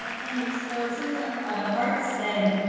ah thanks. so so as ah ah art said,